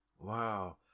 wow